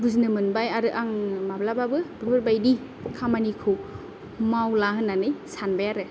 बुजिनो मोनबाय आरो आङो माब्लाबाबो बेफोरबायदि खामानिखौ मावला होननानै सानबाय आरो